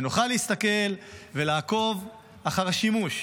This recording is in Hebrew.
נוכל להסתכל ולעקוב אחר השימוש,